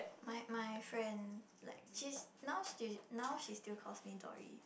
my my friend like she's now she now she still calls me Dory